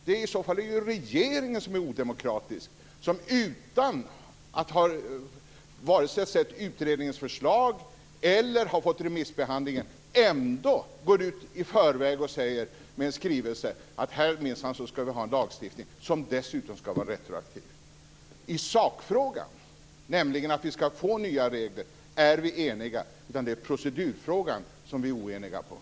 Det är i så fall regeringen som är odemokratisk som utan att ha sett vare sig utredningens förslag eller remissbehandlingens svar ändå går ut i förväg med en skrivelse och säger att det här minsann skall införas en lagstiftning, som dessutom skall vara retroaktiv. I sakfrågan - nämligen att det skall införas nya regler - är vi eniga. Det är procedurfrågan som vi är oeniga om.